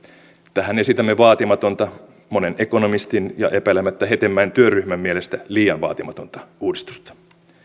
tähän esitämme vaatimatonta monen ekonomistin ja epäilemättä hetemäen työryhmän mielestä liian vaatimatonta uudistusta